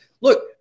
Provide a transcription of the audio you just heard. look